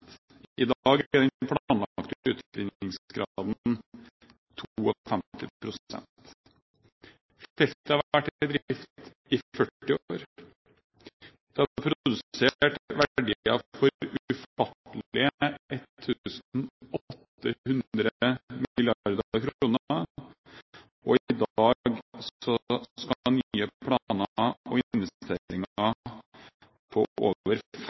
I dag er den planlagte utvinningsgraden 52 pst. Feltet har vært i drift i 40 år. Det har produsert verdier for ufattelige 1 800 mrd. kr, og i dag skal nye planer og investeringer på